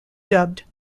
dubbed